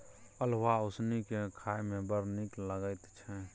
अल्हुआ उसनि कए खाए मे बड़ नीक लगैत छै